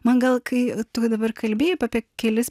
man gal kai tu dabar kalbėjai apie kelis